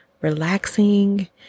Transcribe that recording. relaxing